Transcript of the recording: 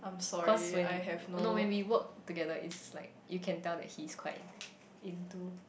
cause when no when we work together it's like you can tell that he's quite into